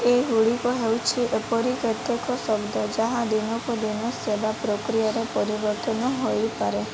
ଏଗୁଡ଼ିକ ହେଉଛି ଏପରି କେତେକ ଶବ୍ଦ ଯାହା ଦିନକୁ ଦିନ ସେବା ପ୍ରକ୍ରିୟାରେ ପରିବର୍ତ୍ତନ ହୋଇପାରେ